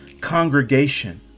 congregation